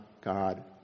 God